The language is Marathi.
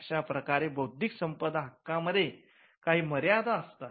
अशाप्रकारे बौद्धिक संपदा हक्कांमध्ये काही मर्यादा असतात